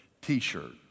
T-shirt